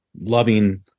loving